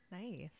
nice